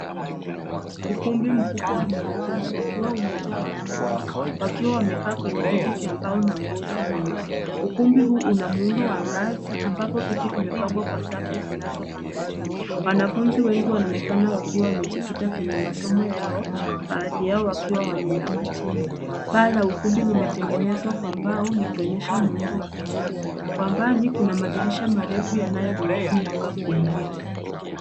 Ukumbi mkubwa wa mihadhara ukiwa umejaa wanafunzi wakiwa wamekaa kwa viti vya mbao na ngozi nyeusi. Ukumbi huu una muundo wa ngazi ambapo viti vimepangwa kwa safu zinazopanda juu. Wanafunzi wengi wanaonekana wakiwa wamejikita kwenye masomo yao, baadhi yao wakiwa wameinama chini. Paa la ukumbi limetengenezwa kwa mbao likionyesha muundo wa kisasa. Kwa mbali kuna madirisha marefu yanayoruhusu mwanga kuingia.